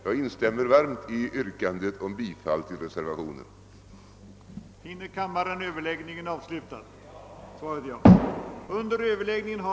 Jag instämmer varmt i yrkandet om bifall till reservationen 1.